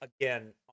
again